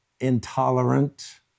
intolerant